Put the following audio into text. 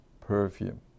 perfume